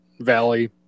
Valley